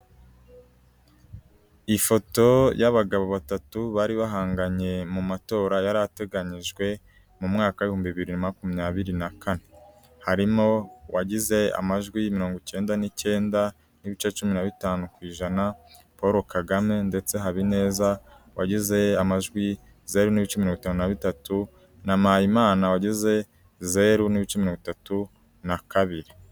Ifoto y'abagabo batatu bari bahanganye mu matora yari ateganyijwe mu mwaka w'ibihumbi bibiri na makumyabiri na kane, harimo uwagize amajwi mirongo icyenda n'icyenda n'ibice cumi na bitanu ku ijana Paul Kagame ndetse Habineza wagize amajwi zeru n'ibice mirongo itanu na bitatu na Mpayimana wagize zeru n'ibice mirongo itatu na kabiri.